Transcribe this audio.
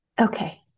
Okay